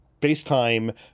FaceTime